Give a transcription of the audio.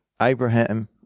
Abraham